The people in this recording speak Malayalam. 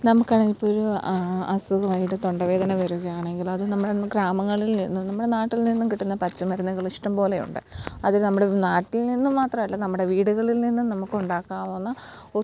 നമുക്കാണെങ്കിൽ ഇപ്പോള് ഒരു അസുഖം ആയിട്ട് തൊണ്ടവേദന വരുകയാണെങ്കിൽ അത് നമ്മുടെ ഗ്രാമങ്ങളിൽ നിന്നും നമ്മുടെ നാട്ടിൽ നിന്നും കിട്ടുന്ന പച്ചമരുന്നുകള് ഇഷ്ടംപോലെയുണ്ട് അത് നമ്മുടെ നാട്ടിൽ നിന്നും മാത്രം അല്ല നമ്മുടെ വീടുകളിൽ നിന്നും നമുക്ക് ഉണ്ടാക്കാവുന്ന